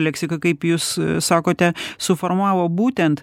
jūsų leksiką kaip jūs sakote suformavo būtent